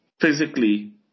physically